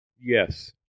Yes